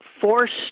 forced